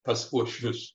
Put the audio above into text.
pas uošvius